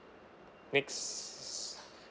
next